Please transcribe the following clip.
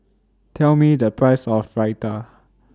Tell Me The Price of Raita